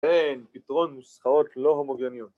‫כן, פתרון נוסחאות לא הומוגניות.